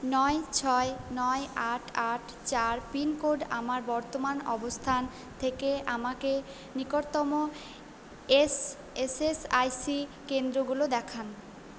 নয় ছয় নয় আট আট চার পিনকোড আমার বর্তমান অবস্থান থেকে আমাকে নিকটতম এস এসএসআইসি কেন্দ্রগুলো দেখান